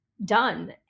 done